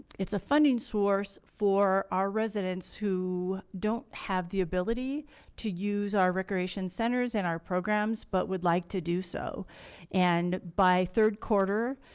it's a funding source for our residents who? don't have the ability to use our recreation centers and our programs but would like to do so and by third quarter,